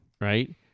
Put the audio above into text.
right